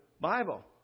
Bible